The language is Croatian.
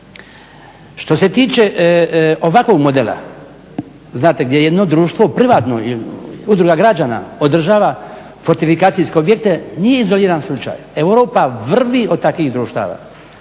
Što se tiče ovakvog modela, znate gdje jedno društvo privatno, udruga građana održava fortifikacijske objekte nije izoliran slučaj, Europa vrvi od takvih društava.